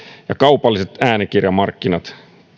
kun kaupalliset äänikirjamarkkinat